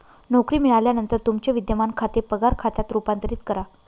नोकरी मिळाल्यानंतर तुमचे विद्यमान खाते पगार खात्यात रूपांतरित करा